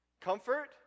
Comfort